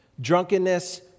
Drunkenness